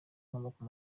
inkomoko